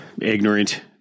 ignorant